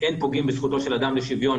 אין פוגעים בזכותו של אדם לשוויון,